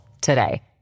today